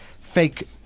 fake